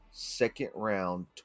second-round